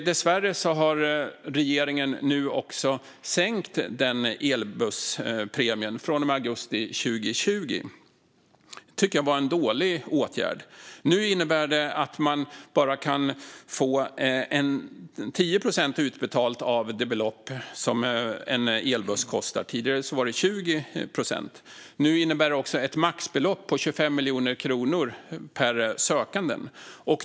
Dessvärre har regeringen sänkt elbusspremien från och med augusti 2020. Det tycker jag var en dålig åtgärd. Det innebär att man nu bara kan få 10 procent utbetalt av det belopp som en elbuss kostar. Tidigare var det 20 procent. Det innebär också ett maxbelopp på 25 miljoner kronor per sökande.